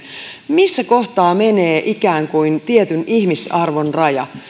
missä kohtaa menee ikään kuin tietyn ihmisarvon raja